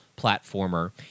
platformer